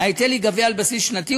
ההיטל ייגבה על בסיס שנתי,